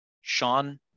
Sean